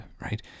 right